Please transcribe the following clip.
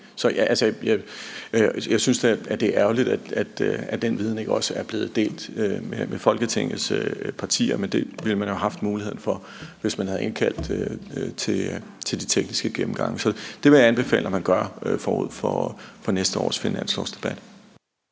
jeg synes da, det er ærgerligt, at den viden ikke også er blevet delt med Folketingets partier, men det ville man jo have haft muligheden for, hvis man havde indkaldt til de tekniske gennemgange. Så det vil jeg anbefale at man gør forud for næste års finanslovsdebat.